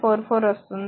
44 వస్తుంది